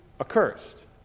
accursed